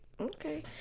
okay